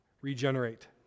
Regenerate